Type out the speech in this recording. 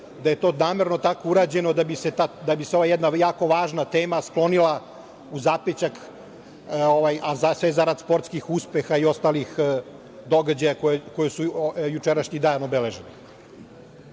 da je to namerno tako urađeno da bi se ova jedna jako važna tema sklonila u zapećak, a sve zarad sportskih uspeha i ostalih događaja koji su jučerašnji dan obeležili. Ovo